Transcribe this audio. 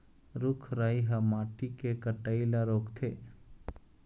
रूख राई ह माटी के कटई ल रोकथे